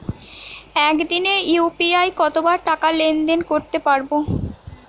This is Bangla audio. একদিনে ইউ.পি.আই কতবার টাকা লেনদেন করতে পারব?